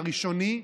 הראשוני,